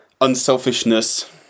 unselfishness